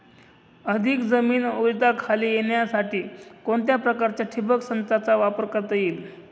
अधिक जमीन ओलिताखाली येण्यासाठी कोणत्या प्रकारच्या ठिबक संचाचा वापर करता येईल?